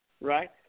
Right